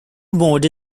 mode